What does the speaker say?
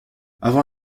avant